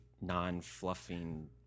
non-fluffing